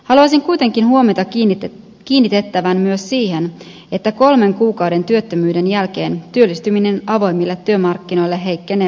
haluaisin kuitenkin huomiota kiinnitettävän myös siihen että kolmen kuukauden työttömyyden jälkeen työllistyminen avoimille työmarkkinoille heikkenee oleellisesti